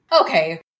okay